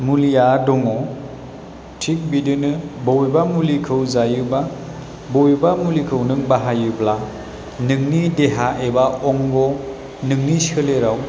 मुलिया दङ थिग बिदिनो बबेबा मुलिखौ जायोबा बबेबा मुलिखौ नों बाहायोब्ला नोंनि देहा एबा अंग' नोंनि सोलेराव